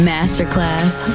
Masterclass